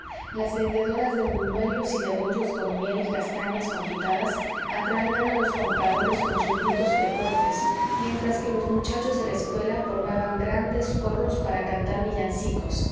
las vendedoras de buñuelos y de bollos con miel y castañas confitadas atraían a los compradores con sus gritos frecuentes mientras que los muchachos de la escuela formaban grandes corros para cantar villancicos